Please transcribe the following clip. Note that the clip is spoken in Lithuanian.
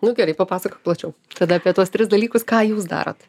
nu gerai papasakok plačiau tada apie tuos tris dalykus ką jūs darot